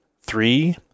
three